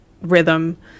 rhythm